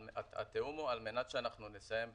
התיאום הוא על מנת שאנחנו נתאם.